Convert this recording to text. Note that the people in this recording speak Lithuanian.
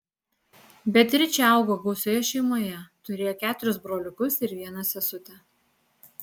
beatričė augo gausioje šeimoje turėjo keturis broliukus ir vieną sesutę